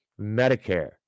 Medicare